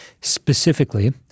Specifically